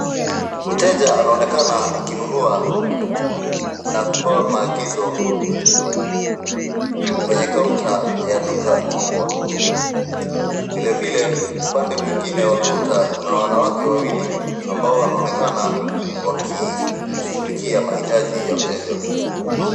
Mteja anaonekana akinunua na kupewa maagizo kwenye kaunta ya duka kubwa. Vile vile upande mwingine wa kaunta Kuna wanawake wawili ambao wanaonekana wakishughulikia mahitaji ya mteja huyu.